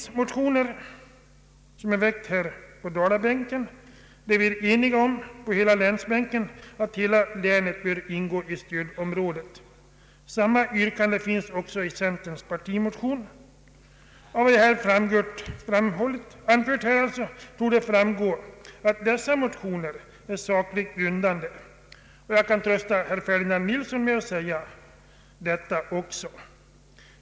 Motioner är väckta av oss på Dalabänken där vi är eniga om att hela länet bör ingå i stödområdet. Samma yrkande finns även i centerns partimotion. Av vad jag här har anfört torde framgå att dessa motioner är sakligt grundade. Jag kan med detta trösta också herr Ferdinand Nilsson.